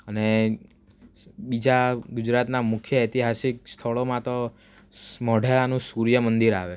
અને બીજા ગુજરાતના મુખ્ય ઐતિહાસિક સ્થળોમાં તો મોઢેરાનું સૂર્યમંદિર આવે